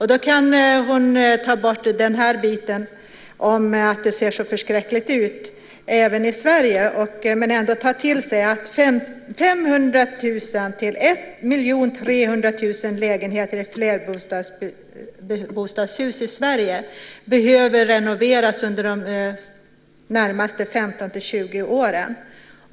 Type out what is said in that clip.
Hon kan ta bort biten om att det ser så förskräckligt ut även i Sverige men ändå ta till sig att 500 000-1 300 000 lägenheter i flerbostadshus i Sverige behöver renoveras under de närmaste 15-20 åren.